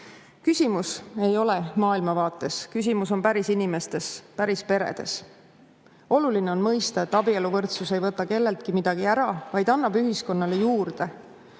Küsimus ei ole maailmavaates. Küsimus on päris inimestes, päris peredes. Oluline on mõista, et abieluvõrdsus ei võta kelleltki midagi ära, vaid annab ühiskonnale juurde.